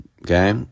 okay